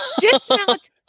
Dismount